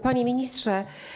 Panie Ministrze!